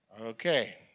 Okay